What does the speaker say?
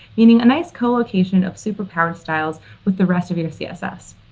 meaning a nice collocation of super parent styles with the rest of your css.